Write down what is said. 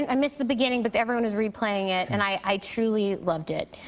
i missed the beginning, but everyone was replaying it, and i truly loved it.